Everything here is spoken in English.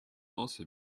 also